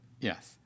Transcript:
yes